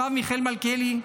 הרב מיכאל מלכיאלי,